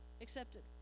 accepted